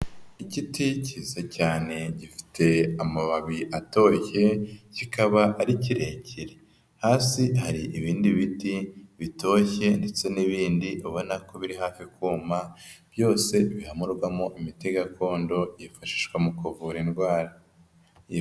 Igiti cyiza cyane gifite amababi atoshye kikaba ari kirekire, hasi hari ibindi biti bitoshye ndetse n'ibindi ubona ko biri hafi kuma byose bihamurwamo imiti gakondo yifashishwa mu kuvura indwara.